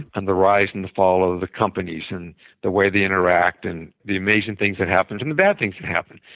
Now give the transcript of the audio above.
and the rise and the fall of the companies, and the way they interact, and the amazing things that happened and the bad things that happened.